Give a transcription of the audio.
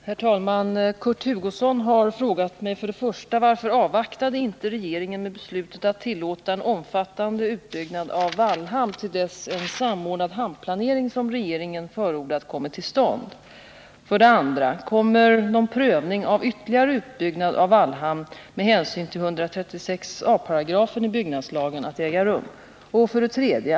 Herr talman! Kurt Hugosson har frågat mig 1. Varför avvaktade inte regeringen beslutet att tillåta en omfattande utbyggnad av Vallhamn till dess en samordnad hamnplanering som regeringen förordat kommit till stånd? 2. Kommer någon prövning av ytterligare utbyggnad av Vallhamn med hänsyn till 136 a § i byggnadslagen att äga rum? 3.